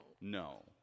No